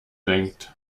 denkt